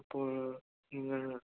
അപ്പോൾ നിങ്ങൾ